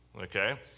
Okay